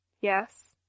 Yes